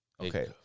Okay